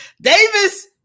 Davis